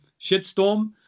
shitstorm